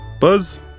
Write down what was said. Buzz